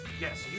Yes